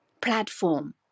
platform